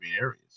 areas